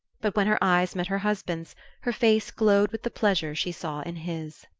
but when her eyes met her husband's her face glowed with the pleasure she saw in his.